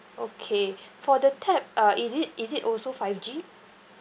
okay for the tab uh is it is it also five G